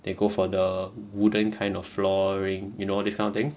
they go for the wooden kind of flooring you know this kind of thing